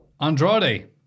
Andrade